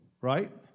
Right